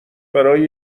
برای